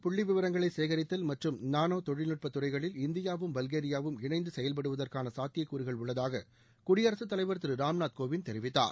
புள்ளி விவரங்களை சேகரித்தல் மற்றும் நானோ தொழில்நுட்பத் துறைகளில் இந்தியாவும் பல்கேரியாவும் இணைந்து செயல்படுவதற்கான சாத்தியக்கூறுகள் உள்ளதாக குடியரசுத் தலைவர் திரு ராம்நாத் கோவிந்த் தெரிவித்தார்